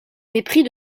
mépris